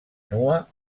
nua